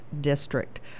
district